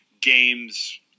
games